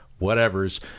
whatevers